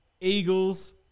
Eagles